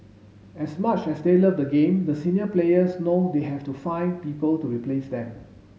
as much as they love the game the senior players know they have to find people to replace them